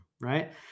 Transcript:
Right